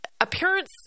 appearance